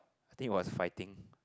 I think it was fighting